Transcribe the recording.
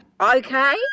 Okay